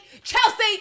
Chelsea